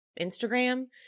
Instagram